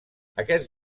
aquests